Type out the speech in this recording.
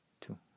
two